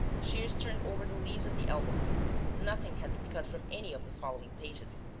shears turned over the leaves of the album nothing had been cut from any of the following pages.